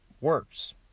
works